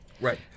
Right